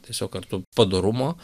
tiesiog ar tu padorumo